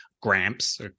Gramps